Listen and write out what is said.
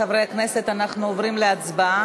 חברי הכנסת, אנחנו עוברים להצבעה.